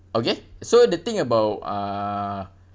okay so the thing about uh